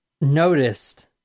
noticed